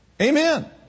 Amen